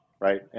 right